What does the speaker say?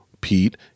Pete